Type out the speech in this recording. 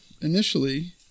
initially